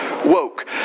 woke